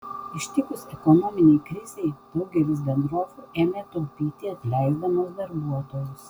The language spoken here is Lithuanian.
ištikus ekonominei krizei daugelis bendrovių ėmė taupyti atleisdamos darbuotojus